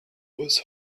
was